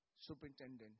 Superintendent